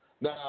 Now